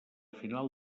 final